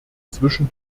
zwischen